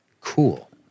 Cool